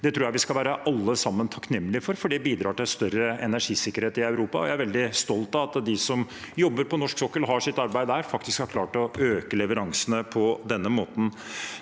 Det tror jeg vi alle sammen skal være takknemlig for, for det bidrar til større energisikkerhet i Europa, og jeg er veldig stolt av at de som jobber på norsk sokkel og har sitt arbeid der, faktisk har klart å øke leveransene på denne måten.